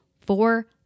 four